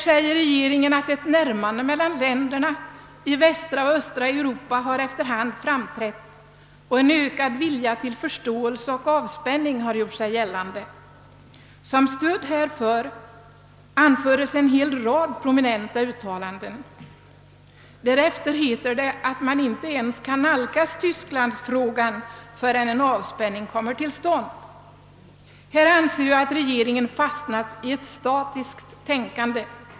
Regeringen säger att ett närmande mellan Jländerna i västra och östra Europa efter hand har framträtt och att en ökad vilja till förståelse och avspänning har gjort sig gällande. Som stöd härför anföres en hel rad auktoritativa uttalanden. Därefter heter det att man inte ens kan nalkas tysklandsfrågan förrän en avspänning kommer till stånd. Här anser jag att regeringen fastnat i ett statiskt tänkande.